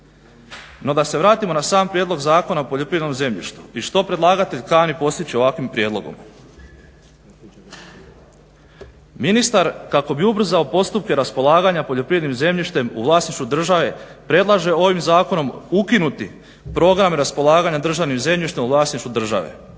No da se vratimo na sam prijedlog Zakona o poljoprivrednom zemljištu i što predlagatelj kani postići ovakvim prijedlogom. Ministar kako bi ubrzao postupke raspolaganja poljoprivrednim zemljištem u vlasništvu države predlaže ovim zakonom ukinuti Program raspolaganja državnim zemljištem u vlasništvu države